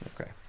okay